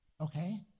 Okay